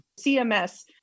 CMS